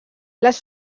les